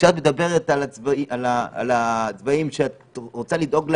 כשאת מדברת על הצבאים שאת רוצה לדאוג להם,